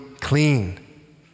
clean